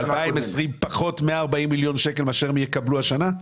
הן קיבלו ב-2020-2019 פחות מ-140 מיליון השקלים שיקבלו השנה?